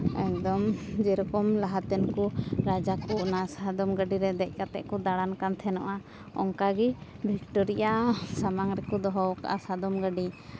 ᱮᱠᱫᱚᱢ ᱡᱮᱨᱚᱠᱚᱢ ᱞᱟᱦᱟᱛᱮᱱ ᱠᱚ ᱨᱟᱡᱟ ᱠᱚ ᱚᱱᱟ ᱥᱟᱫᱚᱢ ᱜᱟᱹᱰᱤᱨᱮ ᱫᱮᱡ ᱠᱟᱛᱮ ᱠᱚ ᱫᱟᱬᱟᱱ ᱜᱟᱱ ᱛᱟᱦᱮᱸ ᱱᱚᱜᱼᱟ ᱚᱱᱠᱟᱜᱮ ᱵᱷᱤᱠᱴᱳᱨᱤᱭᱟ ᱥᱟᱢᱟᱝ ᱨᱮᱠᱚ ᱫᱚᱦᱚ ᱠᱟᱫᱟ ᱥᱟᱫᱚᱢ ᱜᱟᱹᱰᱤ